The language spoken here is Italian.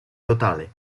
totale